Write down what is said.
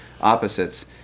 opposites